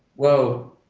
well,